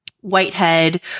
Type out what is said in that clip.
Whitehead